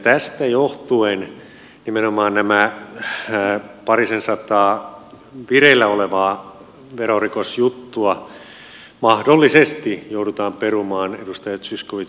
tästä johtuen nimenomaan nämä parisensataa vireillä olevaa verorikosjuttua mahdollisesti joudutaan perumaan edustaja zyskowicz